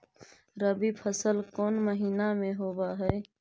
रबी फसल कोन महिना में होब हई?